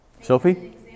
Sophie